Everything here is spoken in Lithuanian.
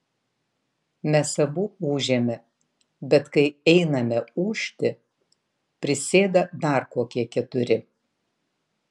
mes abu ūžėme bet kai einame ūžti prisėda dar kokie keturi